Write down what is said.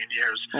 years